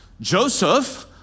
Joseph